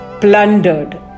plundered